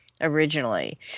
originally